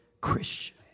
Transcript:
Christian